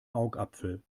augapfel